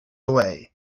away